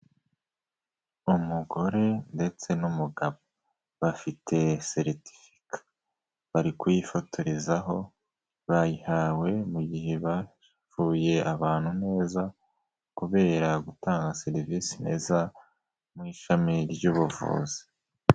Umugore ndetse n'umugabo, bafite seritifika, bari kuyifotorezaho, bayihawe mu gihe bavuye abantu neza kubera gutanga serivisi neza, mu ishami ry'ubuvuzi.